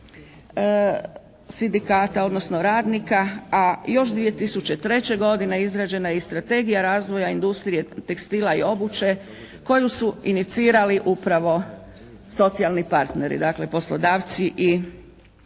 sindikata, odnosno radnika, a još 2003. godine izrađena je i strategija razvoja industrije tekstila i obuće koju su inicirali upravo socijalni partneri. Dakle, poslodavci i